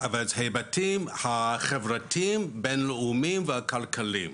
ההיבטים החברתיים הבינלאומיים והכלכליים